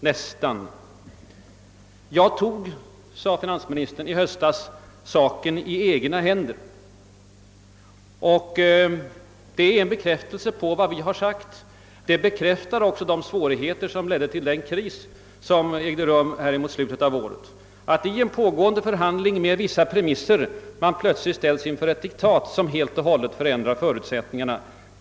Regeringen tog i höstas saken i egna händer, sade finansministern. Det är ju en bekräftelse på vad vi har sagt, och det bekräftar också de svårigheter som ledde till krisen i slutet av förra året. Under pågående förhandlingar med vissa premisser ställdes utredningens ledamöter plötsligt inför ett diktat, som helt och hållet förändrade förutsättningarna.